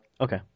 Okay